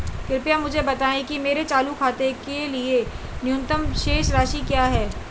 कृपया मुझे बताएं कि मेरे चालू खाते के लिए न्यूनतम शेष राशि क्या है